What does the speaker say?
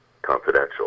confidential